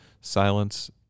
Silence